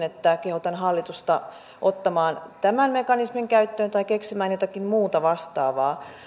että kehotan hallitusta ottamaan tämän mekanismin käyttöön tai keksimään jotakin muuta vastaavaa